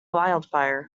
wildfire